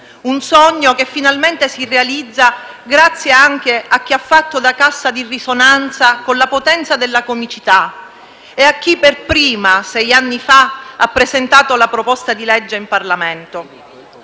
un sogno che finalmente si realizza anche grazie a chi ha fatto da cassa di risonanza con la potenza della comicità e a chi per primo sei anni fa ha presentato il disegno di legge in Parlamento.